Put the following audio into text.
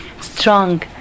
strong